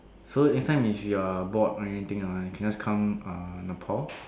so next time if you're bored or anything ah or you can just come uh Nepal